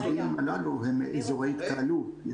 הם אזורי התקהלות.